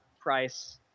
price